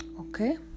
okay